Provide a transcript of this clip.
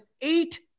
eight